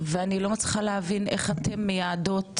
ואני לא מצליחה להבין איך אתן מייעדות.